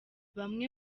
bamwe